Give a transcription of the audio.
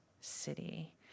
city